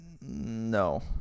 No